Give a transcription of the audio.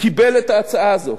שקיבל את ההצעה הזאת.